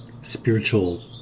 spiritual